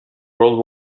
world